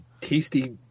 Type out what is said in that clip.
tasty